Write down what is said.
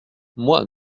moi